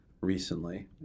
recently